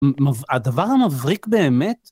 הדבר המבריק באמת...